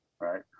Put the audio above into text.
right